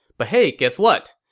but hey guess what?